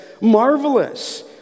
marvelous